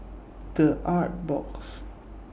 The Artbox